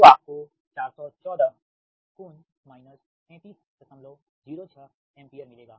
तो आपको 414∟ 3306 एम्पीयर मिलेगा